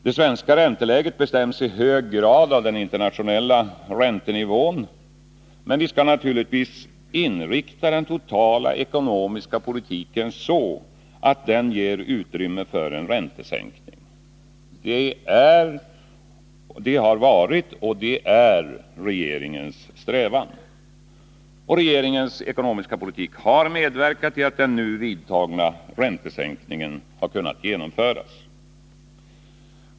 Det svenska ränteläget bestäms i hög grad av den internationella räntenivån, men vi skall naturligtvis inrikta den totala ekonomiska politiken så, att den ger utrymme för en räntesänkning. Det har varit och är regeringens strävan. Regeringens ekonomiska politik har medverkat till att den nu vidtagna räntesänkningen har kunnat genomföras.